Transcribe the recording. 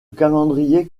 calendrier